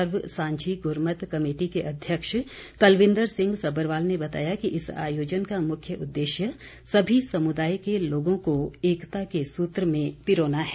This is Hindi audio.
सर्व सांझी गुरमत कमेटी के अध्यक्ष तलविंदर सिंह सबरवाल ने बताया कि इस आयोजन का मुख्य उद्देश्य सभी समुदाय के लोगों को एकता के सूत्र में पिरोना है